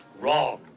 Wrong